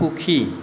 সুখী